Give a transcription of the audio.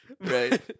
Right